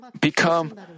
become